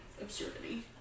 absurdity